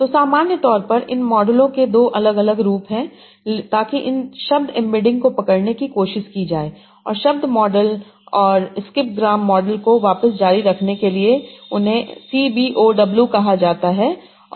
तो सामान्य तौर पर इन मॉडलों के दो अलग अलग रूप हैं ताकि इन शब्द एम्बेडिंग को पकड़ने की कोशिश की जाए और शब्द मॉडल और स्किप ग्राम मॉडल को वापस जारी रखने के लिए उन्हें CBOW कहा जाता है